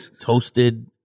toasted